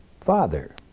Father